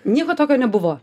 nieko tokio nebuvo